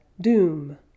Doom